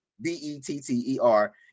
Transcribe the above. b-e-t-t-e-r